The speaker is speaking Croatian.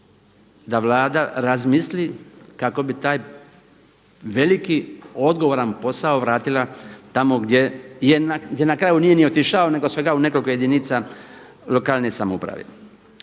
da Vlada razmisli kako bi taj veliki odgovoran posao vratila tamo gdje, gdje na kraju nije ni otišao nego svega u nekoliko jedinica lokalne samouprave.